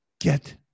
get